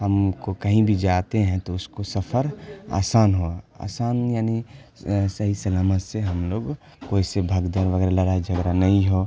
ہم کو کہیں بھی جاتے ہیں تو اس کو سفر آسان ہوا آسان یعنی صحیح سلامت سے ہم لوگ کوئی سے بھگدڑ وغیرہ لڑائی جھگڑا نہیں ہو